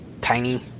tiny